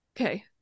Okay